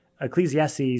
Ecclesiastes